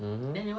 mmhmm